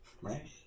Right